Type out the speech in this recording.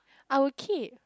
I will keep